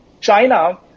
China